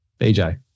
BJ